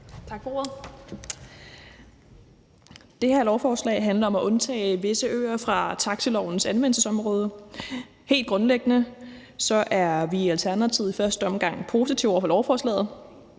Tak for ordet. Det her lovforslag handler om at undtage visse øer fra taxilovens anvendelsesområde. Helt grundlæggende er vi i Alternativet i første omgang positive over for lovforslaget.